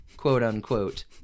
quote-unquote